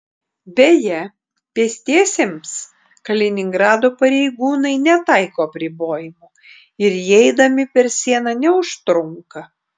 beje pėstiesiems kaliningrado pareigūnai netaiko apribojimų ir jie eidami per sieną neužtrunka